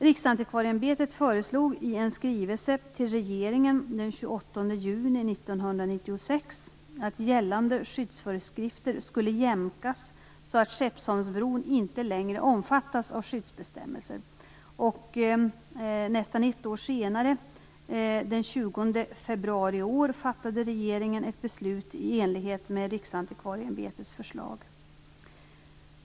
Riksantikvarieämbetet föreslog i en skrivelse till regeringen den 28 juni 1996 att gällande skyddsföreskrifter skulle jämkas så att Skeppsholmsbron inte längre omfattas av skyddsbestämmelser. Nästan ett år senare, den 20 februari i år, fattade regeringen ett beslut i enlighet med Riksantikvarieämbetets förslag.